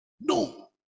No